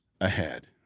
ahead